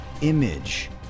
image